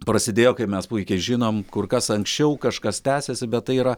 prasidėjo kaip mes puikiai žinome kur kas anksčiau kažkas tęsiasi bet tai yra